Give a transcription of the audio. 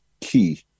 key